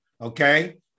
okay